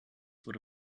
wurde